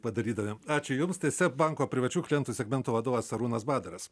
padarydami ačiū jums tai seb banko privačių klientų segmento vadovas arūnas badaras